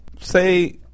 say